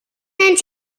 nennt